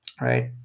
right